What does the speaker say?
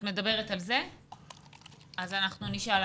אנחנו נשאל.